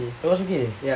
it was okay